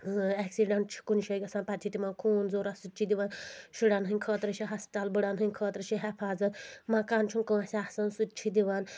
accident چھُ کُنہِ جٲے گژھان پتہٕ چھُ تِمن خوٗن ضروٗرت سُہ تہِ چھِ دِوان شُرٮ۪ن ہٕنٛدۍ خٲطرٕ چھِ ہسپتال بڑٮ۪ن ہٕنٛدۍ خٲطرٕ چھِ حفاظت مکان چھُنہٕ کٲنٛسہِ آسان سُہ تہِ چھِ دِوان